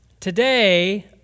Today